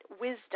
wisdom